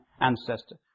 ancestor